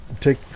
take